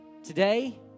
Today